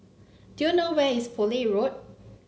do you know where is Poole Road